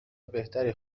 بهتری